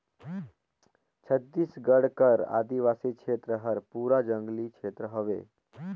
छत्तीसगढ़ कर आदिवासी छेत्र हर पूरा जंगली छेत्र हवे